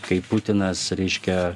kai putinas reiškia